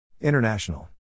International